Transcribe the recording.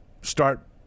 start